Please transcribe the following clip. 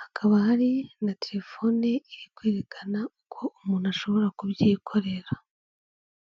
hakaba hari na telefone iri kwerekana uko umuntu ashobora kubyikorera.